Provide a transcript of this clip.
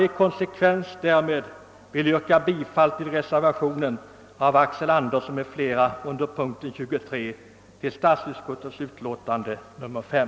I konsekvens därmed vill jag yrka bifall till reservationen av Axel Andersson m.fl. under punkten 23 vid statsutskottets utlåtande nr 5.